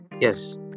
yes